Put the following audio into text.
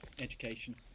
education